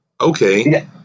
okay